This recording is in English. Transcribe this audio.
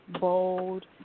bold